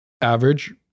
average